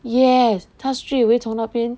yes 他 straight away 从那边